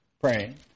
praying